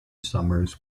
summers